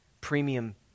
premium